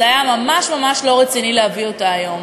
זה היה ממש ממש לא רציני להביא אותה היום.